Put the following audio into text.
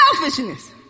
Selfishness